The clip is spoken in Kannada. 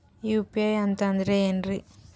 ಯು.ಪಿ.ಐ ಅಂತಂದ್ರೆ ಏನ್ರೀ?